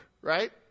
right